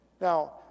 Now